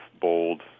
bold